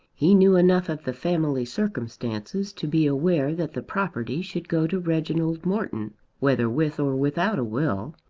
he knew enough of the family circumstances to be aware that the property should go to reginald morton whether with or without a will